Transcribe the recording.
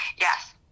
Yes